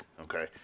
okay